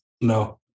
No